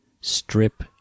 strip